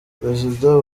perezida